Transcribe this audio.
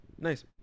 nice